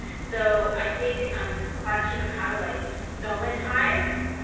so i think this question of how to like somatize